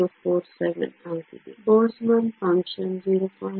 047 ಆಗಿದೆ Boltzmann function 0